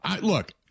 Look